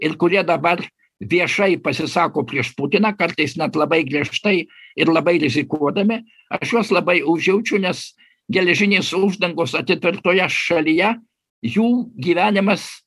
ir kurie dabar viešai pasisako prieš putiną kartais net labai griežtai ir labai rizikuodami aš juos labai užjaučiu nes geležinės uždangos atitvertoje šalyje jų gyvenimas